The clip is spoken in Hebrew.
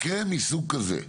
מקרה מסוג כזה,